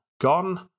Gone